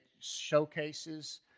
showcases